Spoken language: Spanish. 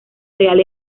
real